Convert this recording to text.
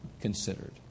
considered